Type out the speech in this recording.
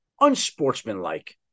unsportsmanlike